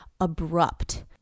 Abrupt